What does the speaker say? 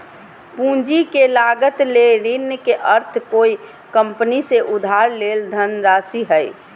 पूंजी के लागत ले ऋण के अर्थ कोय कंपनी से उधार लेल धनराशि हइ